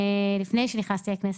לפני שנכנסתי לכנסת,